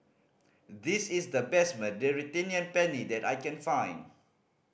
this is the best Mediterranean Penne that I can find